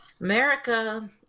America